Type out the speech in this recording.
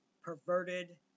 perverted